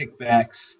kickbacks